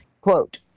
Quote